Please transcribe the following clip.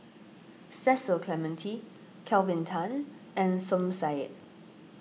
Cecil Clementi Kelvin Tan and Som Said